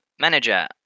manager